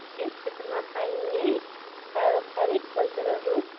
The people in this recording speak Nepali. यस क्षेत्रमा पाइने पारम्परिक कल्चरहरू